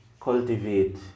cultivate